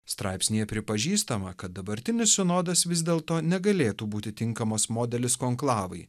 straipsnyje pripažįstama kad dabartinis sinodas vis dėlto negalėtų būti tinkamas modelis konklavai